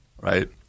Right